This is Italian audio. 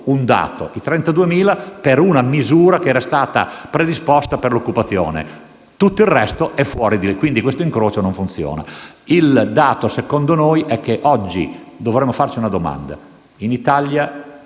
un dato (32.000) per una misura che era stata predisposta per l'occupazione; tutto il resto è fuori di lì. Pertanto, questo incrocio non funziona. Secondo noi oggi dovremmo farci una domanda. In Italia